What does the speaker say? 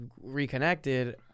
reconnected